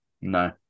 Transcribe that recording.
No